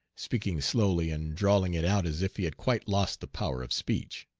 speaking slowly and drawling it out as if he had quite lost the power of speech.